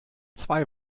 zwei